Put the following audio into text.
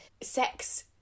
sex